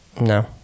No